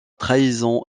trahison